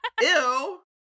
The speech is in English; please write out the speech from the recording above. ew